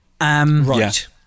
Right